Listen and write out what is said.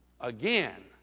again